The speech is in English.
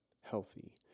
healthy